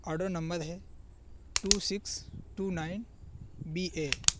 order number ہے two six two nine B اے